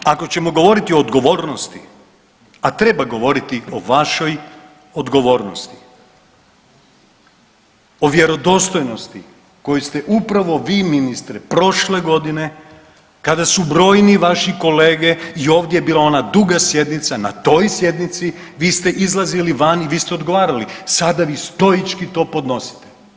Eto, vi ako ćemo govoriti o odgovornosti, a treba govoriti o vašoj odgovornosti, o vjerodostojnosti koju ste upravo vi ministre prošle godine kada su brojni vaši kolege i ovdje je bila ona duga sjednica na toj sjednici vi ste izlazili vani, vi ste odgovarali, sada vi stoički to podnosite.